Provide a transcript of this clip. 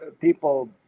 people